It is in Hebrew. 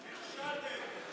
נכשלתם.